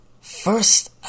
First